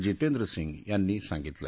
जितेंद्रसिंह यांनी सांगितलं